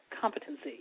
competency